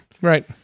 right